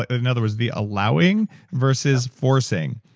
ah in other words, the allowing versus forcing,